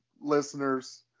listeners